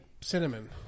cinnamon